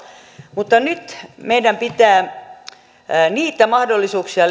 mutta nyt meidän pitää lisätä niitä mahdollisuuksia